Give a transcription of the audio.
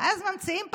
ואז ממציאים פטנט,